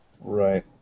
Right